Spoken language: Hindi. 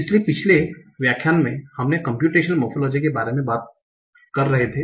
इसलिए पिछले व्याख्यान में हमने कम्प्यूटेशनल मोरफोलोजी के बारे में बात कर रहे थे